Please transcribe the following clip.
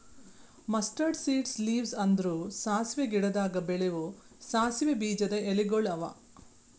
mustard seeds leaves ಅಂದುರ್ ಸಾಸಿವೆ ಗಿಡದಾಗ್ ಬೆಳೆವು ಸಾಸಿವೆ ಬೀಜದ ಎಲಿಗೊಳ್ ಅವಾ